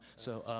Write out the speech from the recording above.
so,